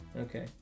Okay